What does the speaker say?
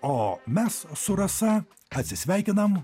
o mes su rasa atsisveikinam